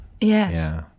Yes